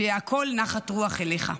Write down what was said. שיהא הכול נחת רוח אליך".